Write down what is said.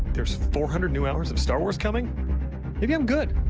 there's four hundred new hours of star wars coming? maybe i'm good.